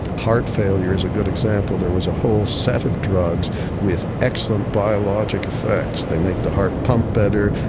heart failure is a good example, there was a whole set of drugs with excellent biologic affects, they make the heart pump better,